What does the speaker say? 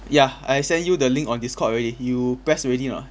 ya I send you the link on discord already you press already or not